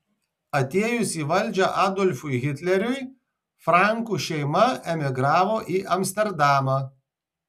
atėjus į valdžią adolfui hitleriui frankų šeima emigravo į amsterdamą